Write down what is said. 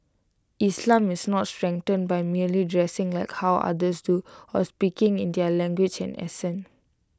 islam is not strengthened by merely dressing like how others do or speaking in their language and accent